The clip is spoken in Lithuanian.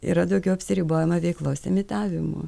yra daugiau apsiribojama veiklos imitavimu